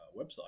website